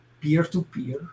peer-to-peer